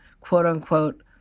quote-unquote